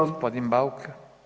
Gospodin Bauk.